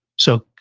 so,